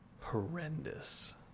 horrendous